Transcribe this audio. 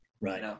Right